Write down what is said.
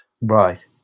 Right